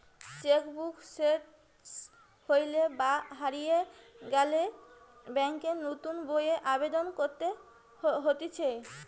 check book সেস হইলে বা হারিয়ে গেলে ব্যাংকে নতুন বইয়ের আবেদন করতে হতিছে